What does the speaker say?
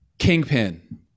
kingpin